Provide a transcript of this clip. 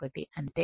1 అంటే